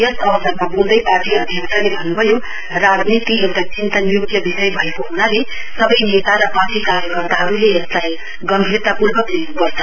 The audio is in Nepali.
यस अवसरमा बोल्दै पार्टी अध्यक्षले भन्नुभयो राजनीति एउटा चिन्तन योग्य विषय भएको हुनाले सबै नेता र पार्टी कार्यकर्ताहरूले यसलाई गम्भीरतापूर्वक लिनुपर्छ